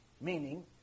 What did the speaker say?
Meaning